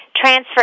transfer